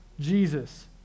Jesus